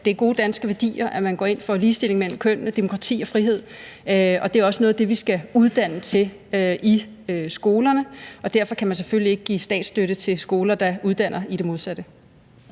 det er gode danske værdier, at man går ind for ligestilling mellem kønnene, demokrati og frihed. Det er også noget af det, vi skal uddanne til i skolerne, og derfor kan man selvfølgelig ikke give statsstøtte til skoler, der uddanner til det modsatte.